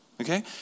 Okay